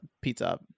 pizza